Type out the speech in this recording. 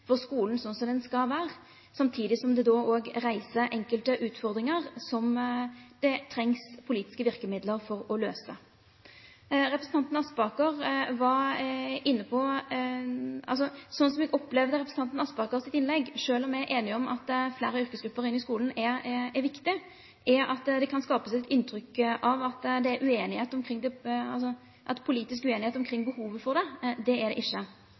for skolen sånn som den skal være, samtidig som det også reiser enkelte utfordringer som det trengs politiske virkemidler for å løse Sånn som jeg opplevde representanten Aspakers innlegg, selv om vi er enige om at flere yrkesgrupper inn i skolen er viktig, skapes det et inntrykk av at det er politisk uenighet omkring behovet for det – det er det ikke. Så blir det også skapt et inntrykk av at det er politisk uenighet om framgangsmåten. Det tror jeg vel heller ikke